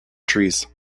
trees